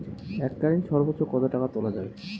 এককালীন সর্বোচ্চ কত টাকা তোলা যাবে?